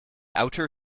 outer